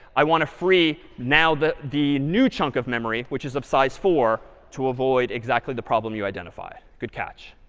i want to free now the the new chunk of memory, which is a size four, to avoid exactly the problem you identified. good catch.